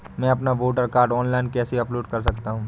मैं अपना voter card online कैसे अपलोड कर सकता हूँ?